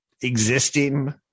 existing